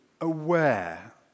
aware